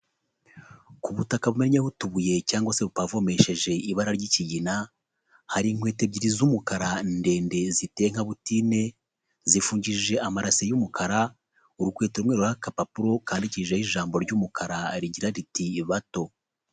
Ku butaka bumenya butubuye cyangwa se butavomesheje ibara ry'ikigina hari inkweto ebyiri z'umukara ndende zite nka butine zipfungishije amarase y'umukara, urukweto rumwe ruriho agapapuro kandikishijeho ijambo ry'umukara rigira riti "Bato".